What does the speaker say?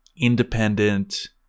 independent